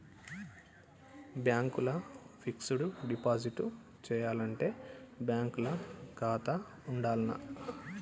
Bank ల fixed deposit చేయాలంటే bank ల ఖాతా ఉండాల్నా?